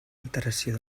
alteració